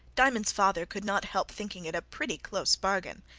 diamond's father could not help thinking it a pretty close bargain.